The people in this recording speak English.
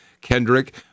Kendrick